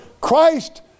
Christ